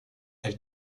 elle